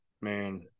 man